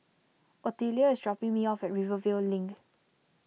Otelia is dropping me off at Rivervale Link